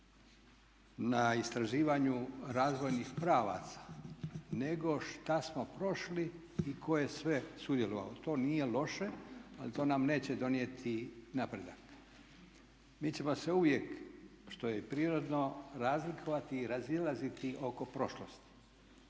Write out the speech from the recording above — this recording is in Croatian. na istraživanju razvojnih pravaca nego šta smo prošli i tko je sve sudjelovalo. To nije loše ali to nam neće donijeti napredak. Mi ćemo se uvijek, što je i prirodno, razlikovati i razilaziti oko prošlosti.